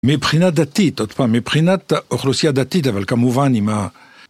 מבחינת דתית, עוד פעם, מבחינת אוכלוסייה דתית, אבל כמובן עם ה...